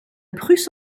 prusse